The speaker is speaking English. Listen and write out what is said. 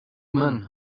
men